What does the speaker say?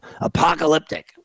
apocalyptic